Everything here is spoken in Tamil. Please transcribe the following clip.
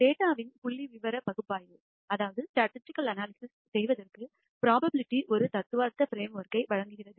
டேட்டாவின் புள்ளிவிவர பகுப்பாய்வைச் செய்வதற்கு புரோபாபிலிடி ஒரு தத்துவார்த்த பிரேம் ஒர்க்கை வழங்குகிறது